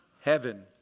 heaven